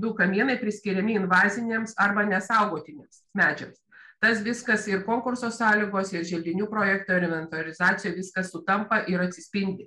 du kamienai priskiriami invazinėms arba nesaugotini medžiams tas viskas ir konkurso sąlygose ir želdinių projekto ir inventorizacijoj viskas sutampa ir atsispindi